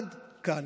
עד כאן.